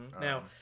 now